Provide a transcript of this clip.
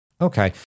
Okay